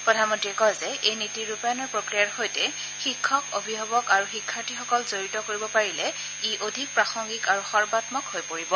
প্ৰধানমন্ৰীয়ে কয় যে এই নীতিৰ ৰূপায়ণ প্ৰফ্ৰিয়াৰ সৈতে শিক্ষক অভিভাৱক আৰু শিক্ষাৰ্থীসকলক জড়িত কৰিব পাৰিলে ই অধিক প্ৰাসংগিক আৰু সৰ্বাঘক হৈ পৰিব